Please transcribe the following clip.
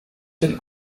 den